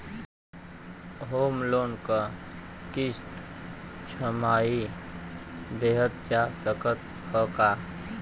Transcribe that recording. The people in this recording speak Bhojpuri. होम लोन क किस्त छमाही देहल जा सकत ह का?